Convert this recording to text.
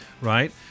right